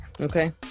Okay